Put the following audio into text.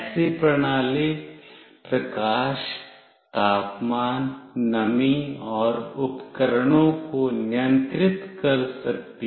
ऐसी प्रणाली प्रकाश तापमान नमी और उपकरणों को नियंत्रित कर सकती है